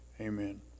Amen